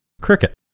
Cricket